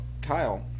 kyle